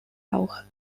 auch